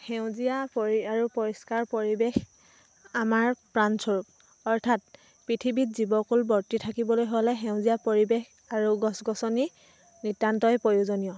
সেউজীয়া পৰি আৰু পৰিষ্কাৰ পৰিৱেশ আমাৰ প্ৰাণস্বৰূপ অৰ্থাৎ পৃথিৱীত জীৱকুল বৰ্তি থাকিবলৈ হ'লে সেউজীয়া পৰিৱেশ আৰু গছ গছনি নিতান্তই প্ৰয়োজনীয়